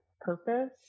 purpose